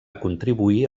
contribuir